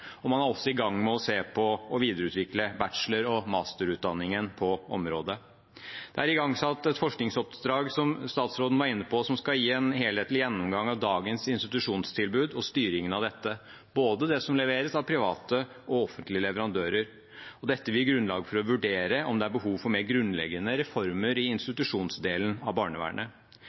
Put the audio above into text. Man er også i gang med å se på og videreutvikle bachelor- og masterutdanningen på området. Det er igangsatt et forskningsoppdrag, som statsråden var inne på, som skal gi en helhetlig gjennomgang av dagens institusjonstilbud og styringen av dette, det som leveres av både private og offentlige leverandører. Dette vil gi grunnlag for å vurdere om det er behov for mer grunnleggende reformer i institusjonsdelen av barnevernet.